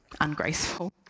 ungraceful